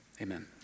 Amen